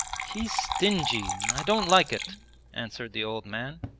he's stingy. i don't like it answered the old man.